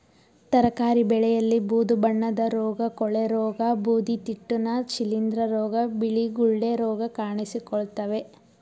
ತರಕಾರಿ ಬೆಳೆಯಲ್ಲಿ ಬೂದು ಬಣ್ಣದ ರೋಗ, ಕೊಳೆರೋಗ, ಬೂದಿತಿಟ್ಟುನ, ಶಿಲಿಂದ್ರ ರೋಗ, ಬಿಳಿ ಗುಳ್ಳೆ ರೋಗ ಕಾಣಿಸಿಕೊಳ್ಳುತ್ತವೆ